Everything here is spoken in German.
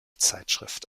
zeitschrift